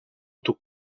auto